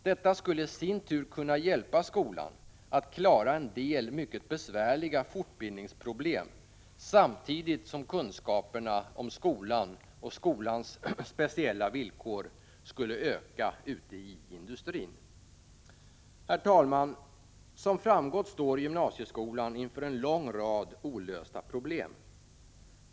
Detta skulle i sin tur kunna hjälpa skolan att klara en del mycket besvärliga fortbildningsproblem, samtidigt som kunskaperna om skolan och skolans speciella villkor skulle öka ute i industrin. Herr talman! Som framgått står gymnasieskolan inför en lång rad olösta problem.